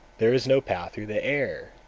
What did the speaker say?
there is no path through the air,